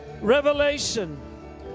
revelation